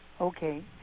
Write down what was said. Okay